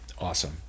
awesome